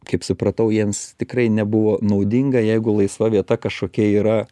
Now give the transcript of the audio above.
kaip supratau jiems tikrai nebuvo naudinga jeigu laisva vieta kažkokia yra